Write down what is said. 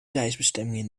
reisbestemmingen